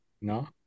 No